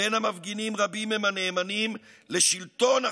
בין המפגינים רבים הם הנאמנים לשלטון החוק,